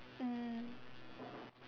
mm